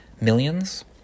Millions